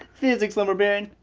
physics lumber baron.